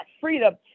freedom